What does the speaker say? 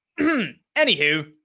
Anywho